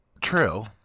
true